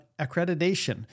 accreditation